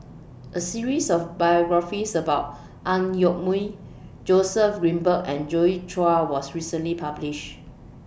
A series of biographies about Ang Yoke Mooi Joseph Grimberg and Joi Chua was recently published